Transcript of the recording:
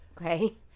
Okay